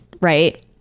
right